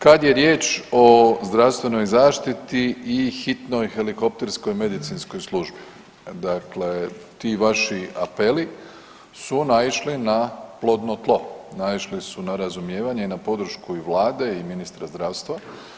Kad je riječ o zdravstvenoj zaštiti i hitnoj helikopterskoj medicinskoj službi, dakle ti vaši apeli su naišli na plodno na tlo, naišli su na razumijevanje i na podršku i Vlade i ministra zdravstva.